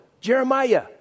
Jeremiah